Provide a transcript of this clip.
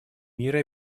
мира